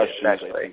questions